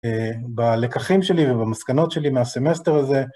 בלקחים שלי ובמסקנות שלי מהסמסטר הזה.